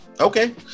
Okay